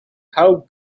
how